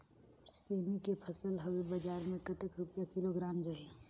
सेमी के फसल हवे बजार मे कतेक रुपिया किलोग्राम जाही?